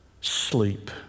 sleep